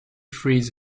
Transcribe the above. frees